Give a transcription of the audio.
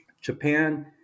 Japan